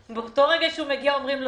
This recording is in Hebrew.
באותו רגע שהוא הגיע לקבל את הכסף,